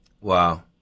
Wow